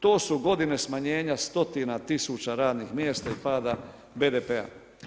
To su godine smanjenja stotina tisuća radnih mjesta i pada BDP-a.